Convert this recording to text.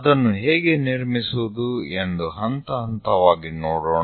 ಅದನ್ನು ಹೇಗೆ ನಿರ್ಮಿಸುವುದು ಎಂದು ಹಂತ ಹಂತವಾಗಿ ನೋಡೋಣ